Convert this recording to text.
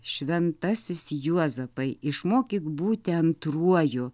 šventasis juozapai išmokyk būti antruoju